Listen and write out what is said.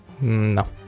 No